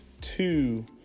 two